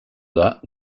that